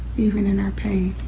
even in our pain,